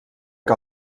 que